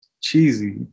cheesy